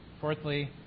fourthly